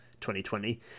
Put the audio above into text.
2020